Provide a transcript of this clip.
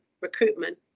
recruitment